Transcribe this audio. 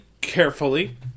carefully